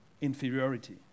inferiority